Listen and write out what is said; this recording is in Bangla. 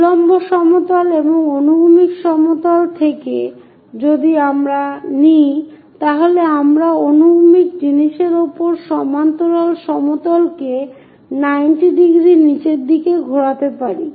উল্লম্ব সমতল এবং অনুভূমিক সমতল থেকে যদি আমরা নেই তাহলে আমরা অনুভূমিক জিনিসের উপর সমান্তরাল সমতলকে 90 ডিগ্রী নিচের দিকে ঘোরাতে পারি